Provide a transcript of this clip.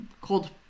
cold